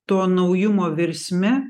to naujumo virsme